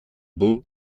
boult